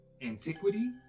antiquity